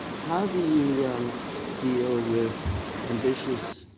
how do you um deal with ambitious